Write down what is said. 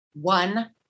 One